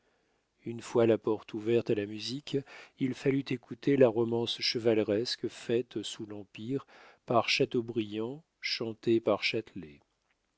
une fois la porte ouverte à la musique il fallut écouter la romance chevaleresque faite sous l'empire par chateaubriand chantée par châtelet